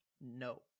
No